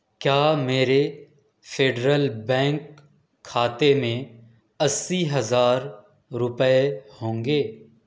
کیا میرے Federal Bank کھاتے میں اسی ہزار روپئے ہوں گے